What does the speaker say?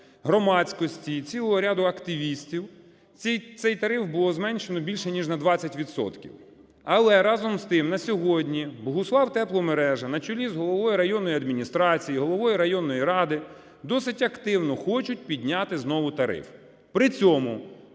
громадськості, цілого ряду активістів цей тариф було зменшено більше ніж на 20 відсотків. Але, разом з тим, на сьогодні Богуславтепломережа на чолі з головою районної адміністрації, головою районної ради досить активно хочуть підняти знову тариф. При цьому